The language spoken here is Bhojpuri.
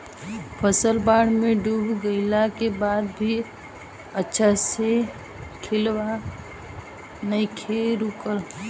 फसल बाढ़ में डूब गइला के बाद भी अच्छा से खिलना नइखे रुकल